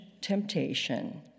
temptation